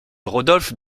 rodolphe